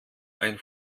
ein